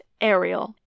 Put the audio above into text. Ariel